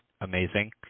amazing